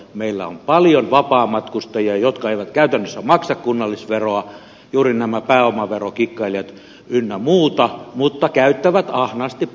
meillä on paljon vapaamatkustajia jotka eivät käytännössä maksa kunnallisveroa juuri nämä pääomaverokikkailijat ynnä muut mutta käyttävät ahnaasti palveluita